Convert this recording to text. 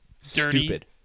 Stupid